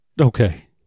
Okay